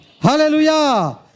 Hallelujah